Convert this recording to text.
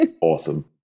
Awesome